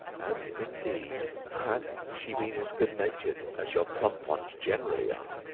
and indeed had she been as good-natured as your plump ones generally are,